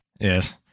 Yes